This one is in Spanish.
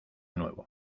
nuevo